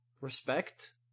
respect